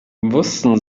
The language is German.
wussten